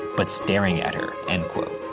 but staring at her, end quote.